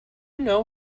know